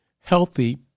healthy